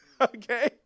Okay